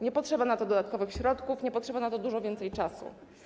Nie potrzeba na to dodatkowych środków, nie potrzeba na to dużo więcej czasu.